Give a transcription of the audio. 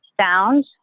sound